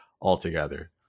altogether